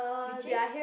reaching